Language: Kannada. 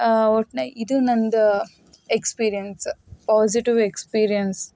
ಒಟ್ಟಿನಲ್ಲಿ ಇದು ನಂದು ಎಕ್ಸ್ಪೀರಿಯೆನ್ಸ್ ಪಾಸಿಟಿವ್ ಎಕ್ಸ್ಪೀರಿಯೆನ್ಸ್